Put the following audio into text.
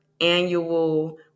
annual